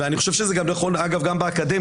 ואני חושב שזה נכון אגב גם באקדמיה.